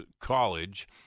college